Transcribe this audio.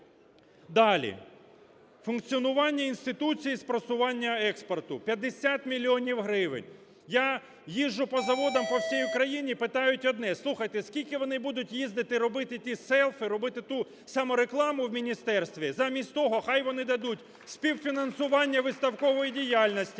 Далі. Функціонування інституцій з просування експорту – 50 мільйонів гривень. Я їжджу по заводам по всій Україні питають одне, слухайте, скільки вони будуть їздити і робити те селфі, робити ту саморекламу в міністерстві? Замість того хай вони дадуть співфінансування виставкової діяльності,